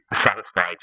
satisfied